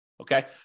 Okay